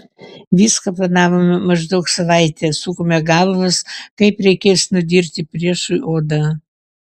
viską planavome maždaug savaitę sukome galvas kaip reikės nudirti priešui odą